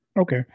Okay